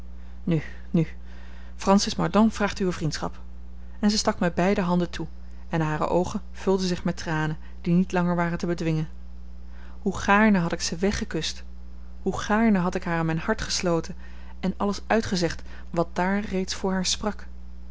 nu nu francis mordaunt vraagt uwe vriendschap en zij stak mij beide handen toe en hare oogen vulden zich met tranen die niet langer waren te bedwingen hoe gaarne had ik ze weggekust hoe gaarne had ik haar aan mijn hart gesloten en alles uitgezegd wat daar reeds voor haar sprak